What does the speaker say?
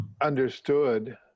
understood